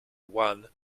one